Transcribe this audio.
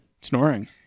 Snoring